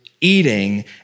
Eating